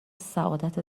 سعادت